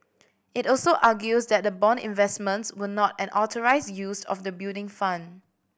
it also argues that the bond investments were not an authorised use of the Building Fund